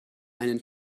einen